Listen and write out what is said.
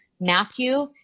Matthew